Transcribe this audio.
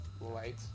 light